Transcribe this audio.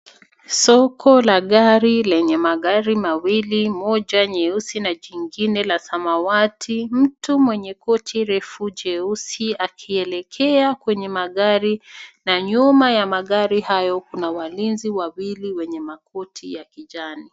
Soko la gari lenye magari mawili moja nyeusi na jingine la samawati. Mtu mwenye koti refu jeusi akielekea kwenye magari na nyuma ya magari hayo kuna walinzi wawili wenye makoti ya kijani.